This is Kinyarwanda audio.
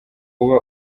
uba